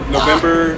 November